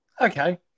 Okay